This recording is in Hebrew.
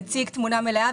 נציג תמונה מלאה.